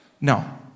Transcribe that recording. No